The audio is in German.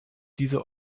diese